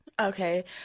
Okay